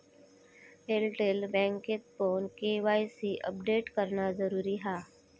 Airtel बँकेतपण KYC update करणा जरुरी हा